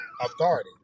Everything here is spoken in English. authority